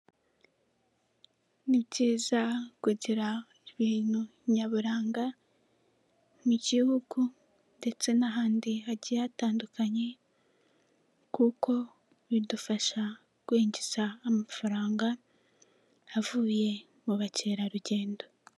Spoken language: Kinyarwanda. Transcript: Ni byiza kugira ibintu nyaburanga mu Gihugu ndetse n'ahandi hagiye hatandukanye, kuko bidufasha kwinjiza amafaranga avuye mu bakerarugendo.